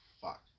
fuck